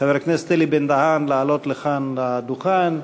חבר הכנסת אלי בן-דהן, לעלות לכאן לדוכן.